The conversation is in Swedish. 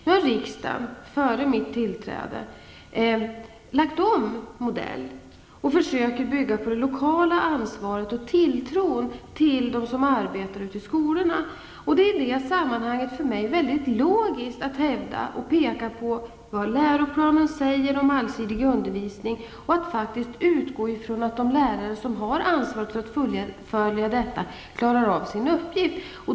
Nu har riksdagen, före mitt tillträde, bytt modell och försöker bygga på det lokala ansvaret och tilltron till dem som arbetar ute i skolorna. För mig är det mycket logiskt att i det sammanhanget hävda och peka på vad läroplanen säger om allsidig undervisning. Jag utgår faktiskt ifrån att de lärare som har ansvaret för att fullfölja detta klarar av sin uppgift.